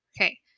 Okay